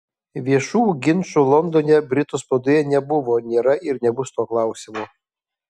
viešų ginčų londone britų spaudoje nebuvo nėra ir nebus tuo klausimu